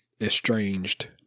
estranged